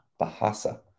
Bahasa